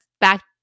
back